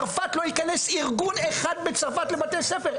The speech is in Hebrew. לא יכנס ארגון אחד בצרפת לבתי הספר.